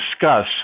discuss